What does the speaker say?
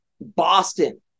Boston